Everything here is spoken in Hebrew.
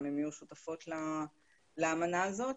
גם הן יהיו שותפות לאמנה הזאת,